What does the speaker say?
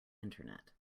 internet